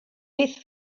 beth